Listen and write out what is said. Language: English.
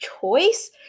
choice